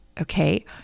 okay